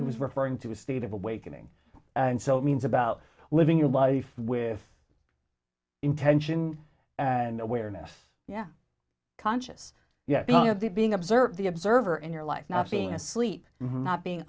was referring to a state of awakening and so it means about living your life with intention and awareness yeah conscious looking at the being observe the observer in your life not being asleep not being